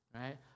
right